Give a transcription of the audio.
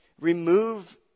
Remove